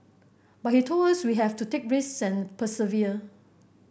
but he told us we have to take reason persevere